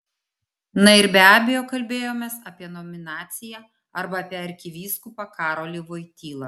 na ir be abejo kalbėjomės apie nominaciją arba apie arkivyskupą karolį voitylą